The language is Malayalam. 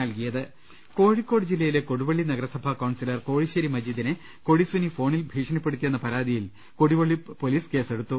്്്്്്് കോഴിക്കോട് ജില്ലയിലെ കൊടുവള്ളി നഗരസഭാ കൌൺസിലർ കോഴി ശ്ശേരി മജീദിനെ കൊടിസുനി ഫോണിൽ ഭീഷണിപ്പെടുത്തിയെന്ന പരാതിയിൽ കൊടുവള്ളി പൊലീസ് കേസെടുത്തു